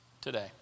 today